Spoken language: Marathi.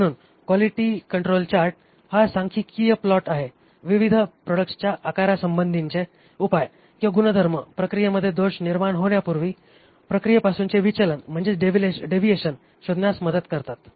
म्हणून क्वालिटी कंट्रोल चार्ट हा सांख्यिकीय प्लॉट आहे विविध प्रॉडक्ट्सच्या आकारासंबंधीचे उपाय किंवा गुणधर्म प्रक्रियेमध्ये दोष निर्माण होण्यापूर्वी प्रक्रियेपासूनचे विचलन डेव्हिएशन शोधण्यात मदत करतात